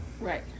Right